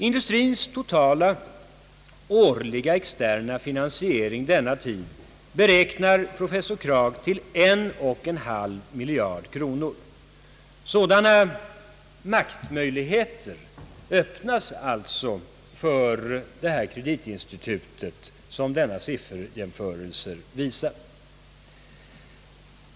Industrins totala årliga externa finansiering denna tid beräknar professor Kragh till en och en halv miljard kronor. Sådana maktmöjligheter som dessa sifferjämförelser visar öppnas alltså för detta kreditinstitut.